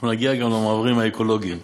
נגיע גם למעברים האקולוגיים.